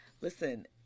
Listen